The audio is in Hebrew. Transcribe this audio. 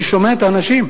אני שומע את האנשים.